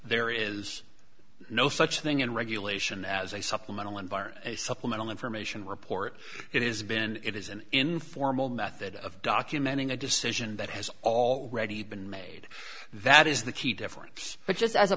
there is no such thing in regulation as a supplemental environ supplemental information report it is been it is an informal method of documenting a decision that has already been made that is the key difference but just as a